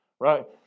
right